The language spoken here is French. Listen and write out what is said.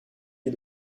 des